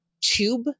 tube